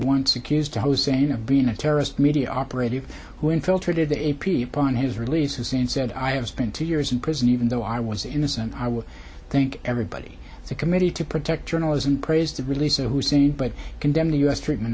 once accused the jose you know being a terrorist media operative who infiltrated the a p upon his release hussein said i have spent two years in prison even though i was innocent i will thank everybody the committee to protect journalism praised the release of hussein but condemn the u s treatment